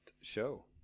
show